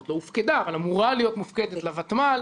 עוד לא הופקדה אבל אמורה להיות מופקדת לותמ"ל